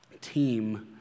team